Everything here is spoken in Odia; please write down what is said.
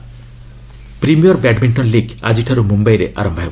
ବ୍ୟାଡମିଣ୍ଟନ ପ୍ରିମିୟର ବ୍ୟାଡମିଷ୍କନ ଲିଗ୍ ଆଜିଠାରୁ ମୁମ୍ୟାଇରେ ଆରମ୍ଭ ହେବ